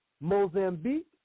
Mozambique